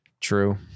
true